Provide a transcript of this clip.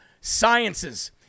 sciences